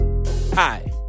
Hi